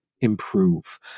improve